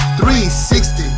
360